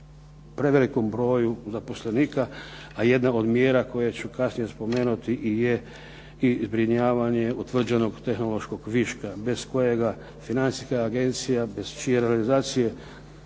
prevelikom broju zaposlenika, a jedna od mjera koje ću kasnije spomenuti je i zbrinjavanje utvrđenog tehnološkog viška bez kojega Financijska agencija, bez čije organizacije